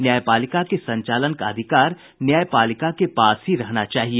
न्यायपालिका के संचालन का अधिकार न्यायपालिका के पास ही रहना चाहिए